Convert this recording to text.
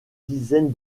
dizaine